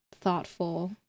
thoughtful